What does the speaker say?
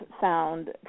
found